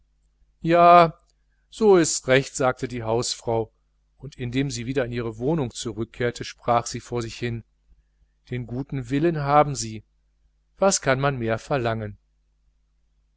ja so ist's recht sagte die hausfrau und indem sie wieder in ihre wohnung zurückkehrte sprach sie so für sich hin den guten willen haben sie was kann man mehr verlangen